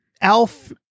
ALF